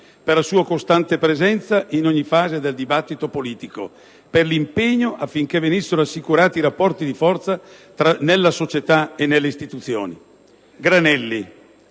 per la sua costante presenza in ogni fase del dibattito politico, per l'impegno affinché venissero assicurati i rapporti di forza nella società e nelle istituzioni. Granelli,